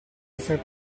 essere